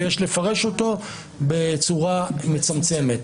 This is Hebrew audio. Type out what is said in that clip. ויש לפרש אותו בצורה מצמצמת.